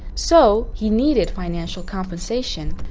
so, he needed financial compensation.